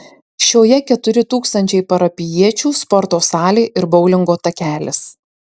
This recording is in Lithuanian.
šioje keturi tūkstančiai parapijiečių sporto salė ir boulingo takelis